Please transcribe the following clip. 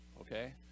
okay